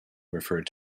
referred